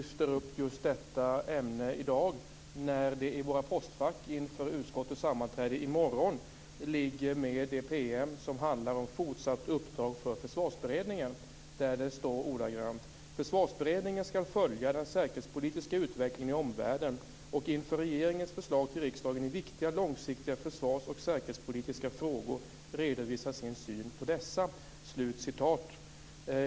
Fru talman! Det är ju lämpligt att Björn Leivik lyfter upp just detta ämne i dag när det PM som handlar om fortsatt uppdrag för Försvarsberedningen ligger i våra postfack inför utskottets sammanträde i morgon. Där står det ordagrant: Försvarsberedningen skall följa den säkerhetspolitiska utvecklingen i omvärlden och inför regeringens förslag till riksdagen i viktiga långsiktiga försvars och säkerhetspolitiska frågor redovisa sin syn på dessa.